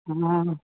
हँ